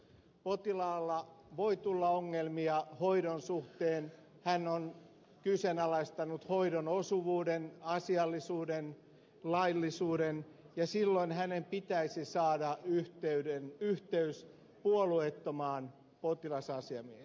potilaalle voi tulla ongelmia hoidon suhteen hän on kyseenalaistanut hoidon osuvuuden asiallisuuden laillisuuden ja silloin hänen pitäisi saada yhteys puolueettomaan potilasasiamieheen